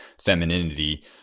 femininity